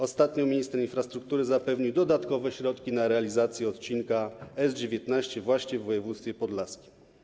Ostatnio minister infrastruktury zapewnił dodatkowe środki na realizację odcinka drogi S19 właśnie w województwie podlaskim.